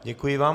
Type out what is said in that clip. Děkuji vám.